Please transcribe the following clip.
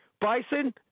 Bison